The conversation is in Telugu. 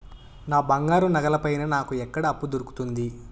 నా బంగారు నగల పైన నాకు ఎక్కడ అప్పు దొరుకుతుంది